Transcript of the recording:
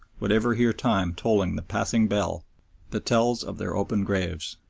would ever hear time tolling the passing bell that tells of their open graves.